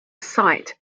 sight